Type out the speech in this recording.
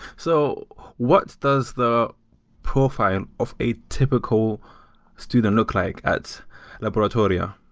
so what does the profile of a typical student look like at loboratoria?